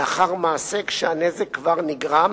לאחר מעשה, כשהנזק כבר נגרם,